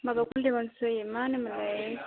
माबाखौ लिंहरबावनोसै मा होनो मोनलाय